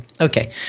okay